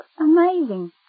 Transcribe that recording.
Amazing